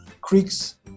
creeks